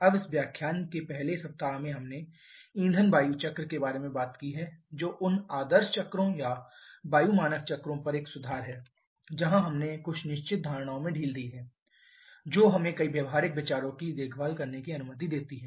अब इस व्याख्यान के पहले सप्ताह में हमने ईंधन वायु चक्र के बारे में बात की है जो उन आदर्श चक्रों या वायु मानक चक्रों पर एक सुधार है जहाँ हमने कुछ निश्चित धारणाओं में ढील दी है जो हमें कई व्यावहारिक विचारों की देखभाल करने की अनुमति देती हैं